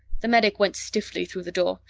the medic went stiffly through the door,